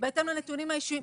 בהתאם לנתונים האישיים.